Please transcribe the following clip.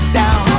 down